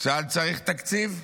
צה"ל צריך תקציב.